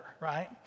right